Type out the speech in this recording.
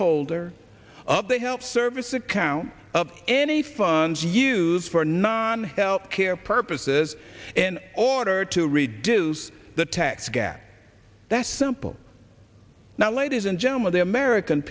holder of the health service account of any funds used for non health care purposes in order to reduce the tax gap that's simple now ladies and gentlemen the american